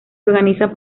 organizan